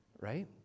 right